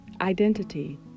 identity